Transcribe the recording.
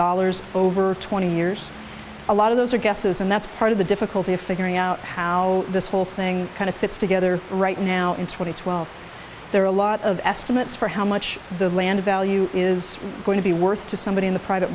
dollars over twenty years a lot of those are guesses and that's part of the difficulty of figuring out how this whole thing kind of fits together right now in twenty twelve there are a lot of estimates for how much the land value is going to be worth to somebody in the private